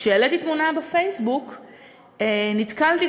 כשהעליתי תמונה בפייסבוק נתקלתי,